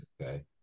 Okay